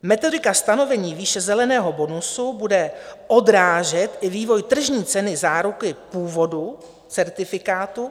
Metodika stanovení výše zeleného bonusu bude odrážet i vývoj tržní ceny záruky původu certifikátu.